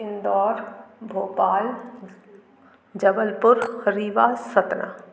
Indore Bhopal Jabalpur Rewa Satna